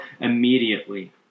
immediately